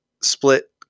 split